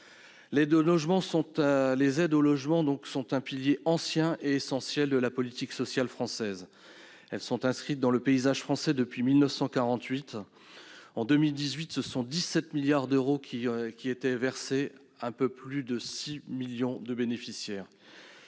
Les aides au logement sont un pilier ancien et essentiel de la politique sociale française. Elles sont inscrites dans le paysage français depuis 1948. En 2018, ce sont 17 milliards d'euros qui étaient versés à un peu plus de 6 millions de bénéficiaires.